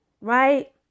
right